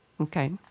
Okay